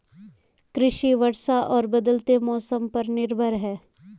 कृषि वर्षा और बदलते मौसम पर निर्भर है